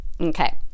Okay